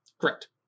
correct